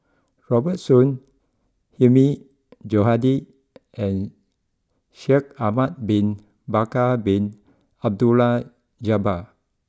Robert Soon Hilmi Johandi and Shaikh Ahmad Bin Bakar Bin Abdullah Jabbar